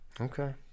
Okay